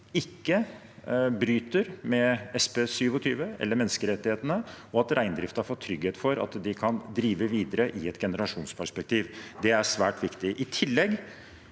ikke bryter med SP artikkel 27 eller menneskerettighetene, og at reindriften får trygghet for at de kan drive videre i et generasjonsperspektiv. Det er svært viktig.